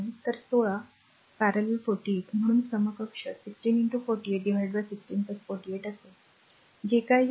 तर 16 ।। 48 म्हणून समकक्ष 1648 16 48 असेल जे काही येईल